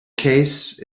case